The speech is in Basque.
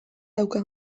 dauka